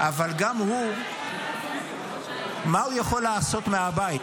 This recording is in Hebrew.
אבל גם הוא, מה הוא יכול לעשות מהבית?